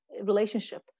relationship